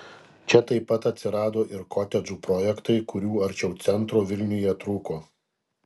čia taip pat atsirado ir kotedžų projektai kurių arčiau centro vilniuje trūko